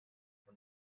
for